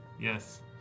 yes